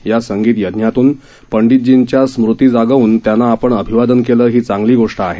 या संगीत यज्ञातून पंडीतजींच्या स्मृती जागवून त्यांना आपण अभिवादन केलं ही चांगली गोष्ट आहे